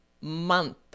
month